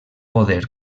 poder